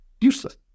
useless